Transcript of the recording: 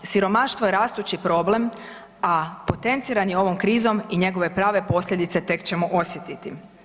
Siromaštvo je rastući problem, a potenciran je ovom krizom i njegove prave posljedice tek ćemo osjetiti.